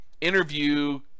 Interview